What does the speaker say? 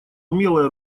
умелое